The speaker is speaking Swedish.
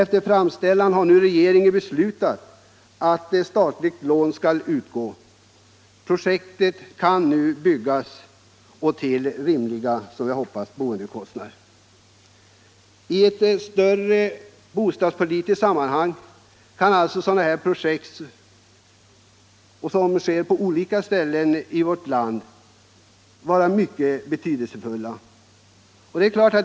Efter framställning har nu regeringen beslutat att statliga lån skall utgå. Projektet kan nu genomföras till — som jag hoppas — rimligare boendekostnader. I ett större bostadspolitiskt sammanhang kan alltså sådana här projekt på olika ställen i vårt land vara mycket betydelsefulla.